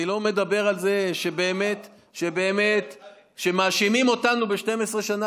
אני לא מדבר על זה שבאמת שכשמאשימים אותנו ב-12 שנה